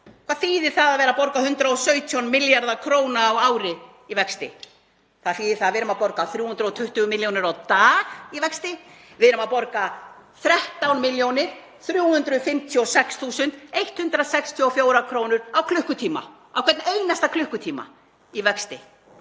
Hvað þýðir það að vera að borga 117 milljarða kr. á ári í vexti? Það þýðir að við séum að borga 320 millj. kr. á dag í vexti? Við erum að borga 13.356.164 kr. á klukkutíma, á hvern einasta klukkutíma, í vexti.